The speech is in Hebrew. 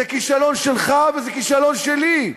זה כישלון שלך וזה כישלון שלי.